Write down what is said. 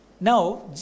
now